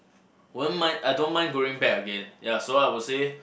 won't mind I don't mind going back again ya so I would say